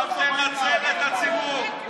אל תנצל את הציבור.